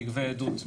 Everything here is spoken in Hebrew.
שיגבה עדות --- רגע,